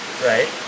Right